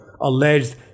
alleged